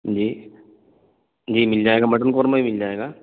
جی جی مل جائے گا مٹن قورمہ بھی مل جائے گا